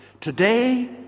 Today